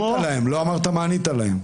ענית למשטרה?